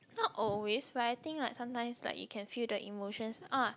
not always but I think like sometimes like you can feel the emotions ah